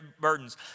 burdens